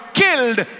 killed